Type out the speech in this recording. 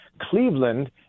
Cleveland